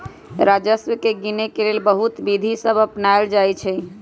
राजस्व के गिनेके लेल बहुते विधि सभ अपनाएल जाइ छइ